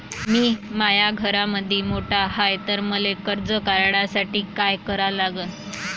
मी माया घरामंदी मोठा हाय त मले कर्ज काढासाठी काय करा लागन?